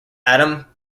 adam